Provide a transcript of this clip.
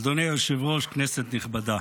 אדוני היושב-ראש, כנסת נכבדה,